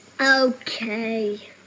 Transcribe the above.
okay